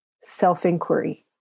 self-inquiry